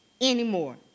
anymore